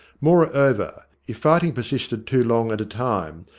moreover, if fighting persisted too long at a time,